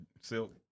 silk